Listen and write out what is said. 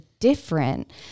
different